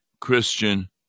Christian